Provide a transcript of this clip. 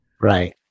Right